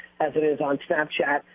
as it is on snapchat.